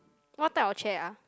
what type of chair ah